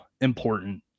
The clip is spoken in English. important